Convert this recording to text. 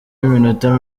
y’iminota